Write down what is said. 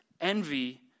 envy